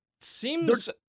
seems